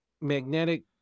magnetic